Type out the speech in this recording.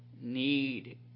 need